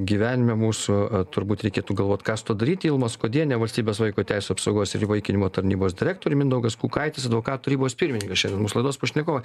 gyvenime mūsų turbūt reikėtų galvoti ką su tuo daryti ilma skuodienė valstybės vaiko teisių apsaugos ir įvaikinimo tarnybos direktorė mindaugas kukaitis advokatų tarybos pirmininkas šiandien mūsų laidos pašnekovai